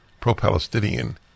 pro-Palestinian